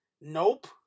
Nope